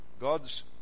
God's